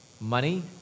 money